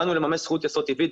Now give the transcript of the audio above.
באנו לממש זכות יסוד טבעית,